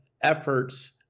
efforts